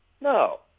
No